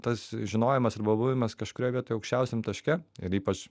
tas žinojimas arba buvimas kažkurioj vietoj aukščiausiam taške ir ypač